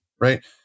right